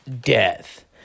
death